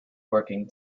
working